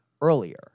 earlier